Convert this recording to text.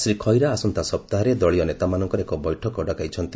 ଶ୍ରୀ ଖଇରା ଆସନ୍ତା ସପ୍ତାହରେ ଦଳୀୟ ନେତାମାନଙ୍କର ଏକ ବୈଠକ ଡକାଇଛନ୍ତି